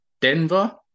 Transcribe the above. Denver